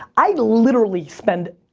i literally spend